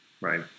right